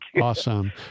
Awesome